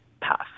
path